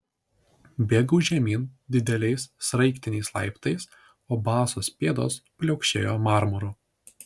bėgau žemyn dideliais sraigtiniais laiptais o basos pėdos pliaukšėjo marmuru